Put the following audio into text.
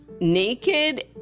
naked